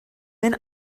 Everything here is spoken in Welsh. mynd